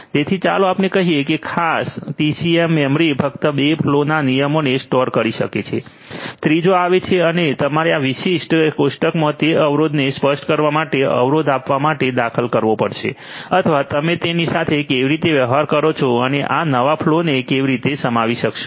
તેથી ચાલો આપણે કહીએ કે આ ખાસ ટીસીએએમ મેમરી ફક્ત બે ફલૉ ના નિયમોને સ્ટોર કરી શકે છે ત્રીજો આવે છે અને તમારે આ વિશિષ્ટ કોષ્ટકમાં તે અવરોધને સ્પષ્ટ કરવા માટે અવરોધ આપવા માટે દાખલ કરવો પડશે અથવા તમે તેની સાથે કેવી રીતે વ્યવહાર કરો છો તમે આ નવા ફલૉ ને કેવી રીતે સમાવી શકો છો